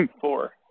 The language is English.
Four